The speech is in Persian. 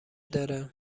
داره